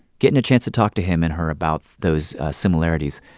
getting a chance to talk to him and her about those similarities,